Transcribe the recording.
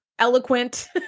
eloquent